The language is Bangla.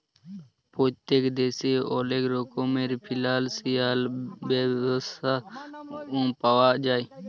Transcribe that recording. পত্তেক দ্যাশে অলেক রকমের ফিলালসিয়াল স্যাবা পাউয়া যায়